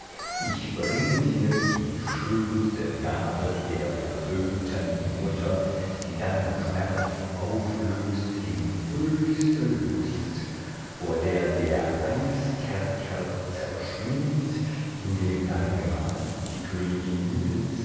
ich bringe dir die schönste gabe der versöhnten mutter die deinen schmerz auflöst in höchste lust vor der der eiskerker zerschmilzt in dem dein gemahl die königin